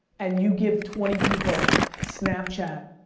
and you give twenty people snapchat,